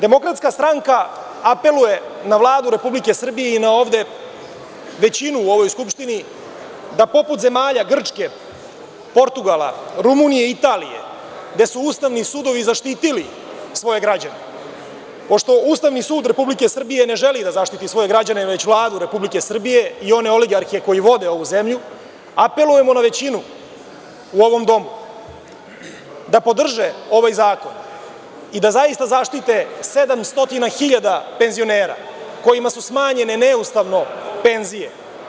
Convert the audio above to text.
Demokratska stranka apeluje na Vladu Republike Srbije i na ovde većinu u ovoj Skupštini da poput zemalja Grčke, Portugala, Rumunije i Italije gde su ustavni sudovi zaštitili svoje građane, pošto Ustavni sud Republike Srbije ne želi da zaštiti svoje građane već Vladu Republike Srbije i one oligarhe koji vode ovu zemlju, apelujemo na većinu u ovom domu da podrže ovaj zakon i da zaista zaštite 700 hiljada penzionera kojima su smanjene neustavno penzije.